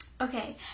okay